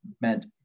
meant